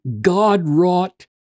God-wrought